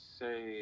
say